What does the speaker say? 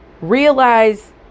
realize